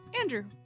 Andrew